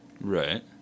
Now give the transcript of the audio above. Right